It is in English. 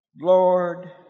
Lord